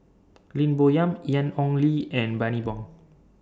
Lim Bo Yam Ian Ong Li and Bani Buang